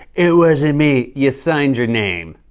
it wasn't me. you signed your name.